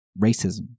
racism